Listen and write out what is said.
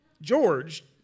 George